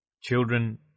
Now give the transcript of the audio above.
children